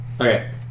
okay